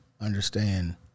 understand